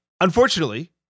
Unfortunately